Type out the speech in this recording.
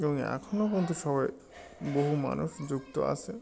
এবং এখনও পর্যন্ত সবাই বহু মানুষ যুক্ত আছে